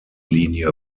linie